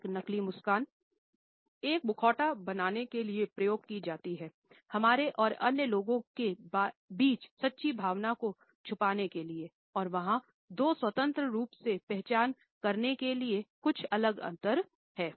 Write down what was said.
एक नकली मुस्कान एक मुखौटा बनाने के लिए प्रयोग की जाती हैहमारे और अन्य लोगों के बीच सच्ची भावना को छुपाने के लिए और वहाँ दो स्वतंत्र रूप से पहचान करने के लिए कुछ अलग अंतर है